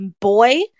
boy